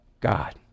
God